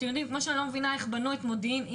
כמו שאני לא מבינה איך בנו את מודיעין שהייתה